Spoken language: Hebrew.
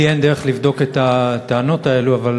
לי אין דרך לבדוק את הטענות האלו, אבל